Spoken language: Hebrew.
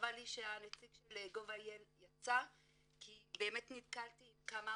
חבל שנציג GOV.IL יצא כי באמת נתקלתי עם כמה